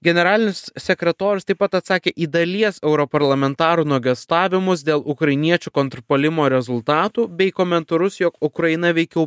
generalinis sekretorius taip pat atsakė į dalies europarlamentarų nuogąstavimus dėl ukrainiečių kontrpuolimo rezultatų bei komentarus jog ukraina veikiau